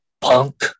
punk